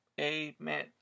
Amen